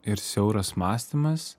ir siauras mąstymas